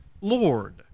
Lord